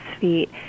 feet